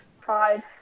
five